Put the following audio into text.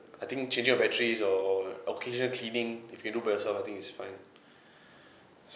I think changing your batteries or occasional cleaning if you do by yourself I think is fine